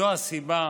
זו הסיבה